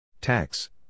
Tax